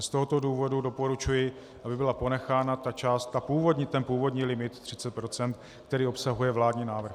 Z tohoto důvodu doporučuji, aby byla ponechána částka původní, ten původní limit 30 %, který obsahuje vládní návrh.